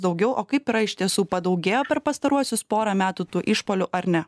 daugiau o kaip yra iš tiesų padaugėjo per pastaruosius porą metų tų išpuolių ar ne